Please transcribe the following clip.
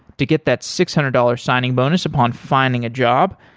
to get that six hundred dollars signing bonus upon finding a job,